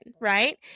right